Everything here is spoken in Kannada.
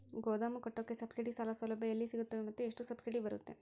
ಗೋದಾಮು ಕಟ್ಟೋಕೆ ಸಬ್ಸಿಡಿ ಸಾಲ ಸೌಲಭ್ಯ ಎಲ್ಲಿ ಸಿಗುತ್ತವೆ ಮತ್ತು ಎಷ್ಟು ಸಬ್ಸಿಡಿ ಬರುತ್ತೆ?